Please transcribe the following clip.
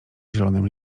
zielonym